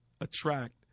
attract